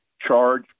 charge